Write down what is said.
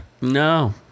No